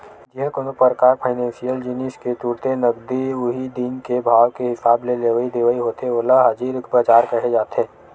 जिहाँ कोनो परकार फाइनेसियल जिनिस के तुरते नगदी उही दिन के भाव के हिसाब ले लेवई देवई होथे ओला हाजिर बजार केहे जाथे